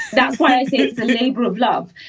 that's why i say it's a labor of love.